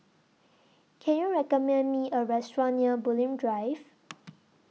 Can YOU recommend Me A Restaurant near Bulim Drive